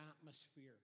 atmosphere